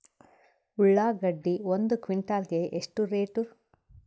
ಉಳ್ಳಾಗಡ್ಡಿ ಒಂದು ಕ್ವಿಂಟಾಲ್ ಗೆ ಎಷ್ಟು ರೇಟು?